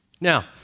Now